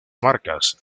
marcas